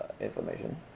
information